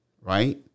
Right